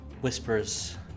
whispers